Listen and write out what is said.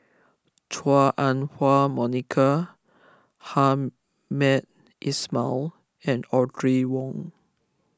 Chua Ah Huwa Monica Hamed Ismail and Audrey Wong